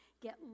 get